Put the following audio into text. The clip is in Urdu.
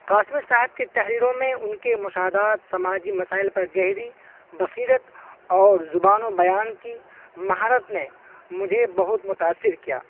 قاسمی صاحب کی تحریروں میں ان کے مشاہدات سماجی مسائل پر گہری بصیرت اور زبان و بیان کی مہارت نے مجھے بہت متأثر کیا